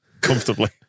comfortably